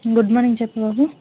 good morning చెప్పు బాబు